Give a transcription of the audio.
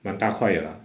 蛮大块的 lah